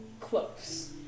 close